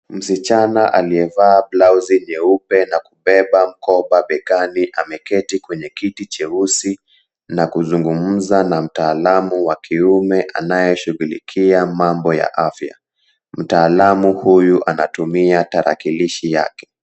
Msichana aliyevaa blauzi nyeupe na kubeba mkoba begani ameketi kwenye kiti cheusi na kuzungumza na mtaalamu wa kiume anayeshughulikia mambo ya afya. Mtaalamu huyu anatumia tarakilishi yake.